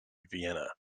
vienna